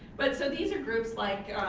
but so these are groups like